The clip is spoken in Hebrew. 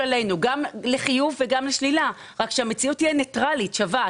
גם לחיוב וגם לשלילה אלא שהמציאות תהיה ניטרלית ושווה.